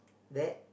that